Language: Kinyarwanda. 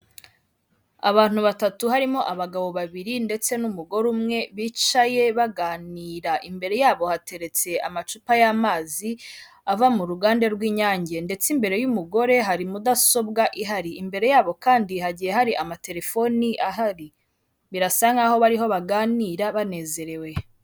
Abantu batatu harimo abagabo babiri ndetse n'umugore umwe bicaye baganira, imbere yabo hateretse amacupa y'amazi ava mu ruganda rw'Inyange ndetse imbere y'umugore hari mudasobwa ihari, imbere yabo kandi hagiye hari amatelefoni ahari, birasa nk'aho bariho baganira banezerewe.